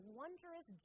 wondrous